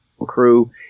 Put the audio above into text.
crew